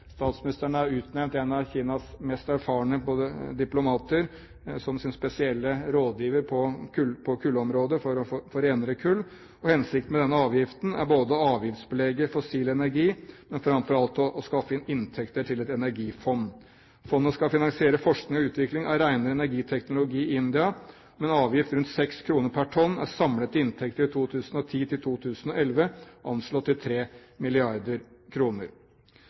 Statsministeren har utnevnt en av Indias mest erfarne diplomater som sin spesialrådgiver på kullområdet for å få renere kull. Hensikten med denne avgiften er å avgiftsbelegge fossil energi, men framfor alt å skaffe inntekter til et energifond. Fondet skal finansiere forskning og utvikling av renere energiteknologi i India. Med en avgift på rundt 6 kr per tonn er samlede inntekter i 2010–2011 anslått til